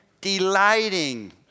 delighting